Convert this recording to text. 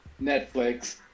Netflix